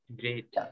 Great